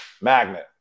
magnet